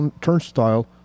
Turnstile